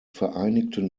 vereinigten